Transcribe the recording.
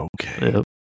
Okay